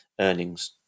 earnings